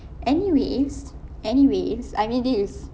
anyways anyways I mean this is